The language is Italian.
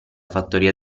fattoria